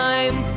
Time